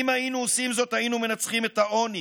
אם היינו עושים זאת, היינו מנצחים את העוני,